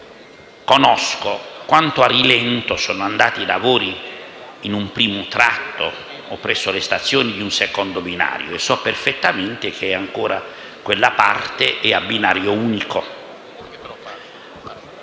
Conosco quanto a rilento siano andati i lavori in un primo tratto e presso le stazioni di un secondo binario e so perfettamente che quella parte è ancora a binario unico.